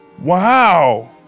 Wow